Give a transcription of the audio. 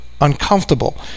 uncomfortable